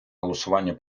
голосування